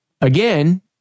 again